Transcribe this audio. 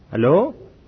Hello